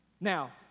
Now